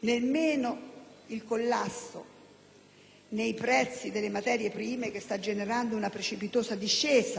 Nemmeno il collasso dei prezzi delle materie prime, che sta generando una precipitosa discesa dell'inflazione e quindi